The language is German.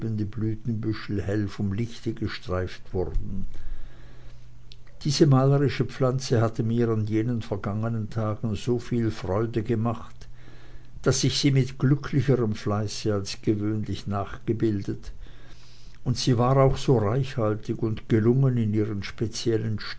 blütenbüschel hell vom lichte gestreift wurden diese malerische pflanze hatte mir in jenen vergangenen tagen so viel freude gemacht daß ich sie mit glücklicherm fleiße als gewöhnlich nachgebildet und sie war auch so reichhaltig und gelungen in ihren speziellen